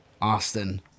Austin